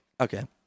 okay